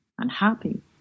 unhappy